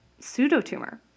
pseudotumor